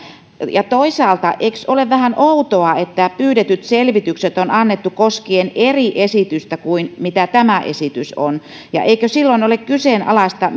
ja toisaalta eikös ole vähän outoa että pyydetyt selvitykset on annettu koskien eri esitystä kuin mitä tämä esitys on ja eikö silloin ole kyseenalaista